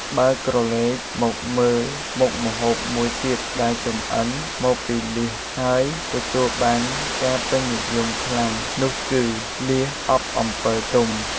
បើក្រឡេកមកមើលមុខម្ហូបមួយទៀតដែលចំអិនមកពីលៀសហើយទទួលបានការពេញនិយមខ្លាំងនោះគឺ លៀសអប់អំពិលទុំ។